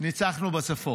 ניצחנו בצפון,